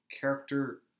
character